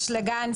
אשלגן,